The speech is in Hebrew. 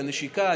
הנשיקה,